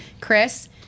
chris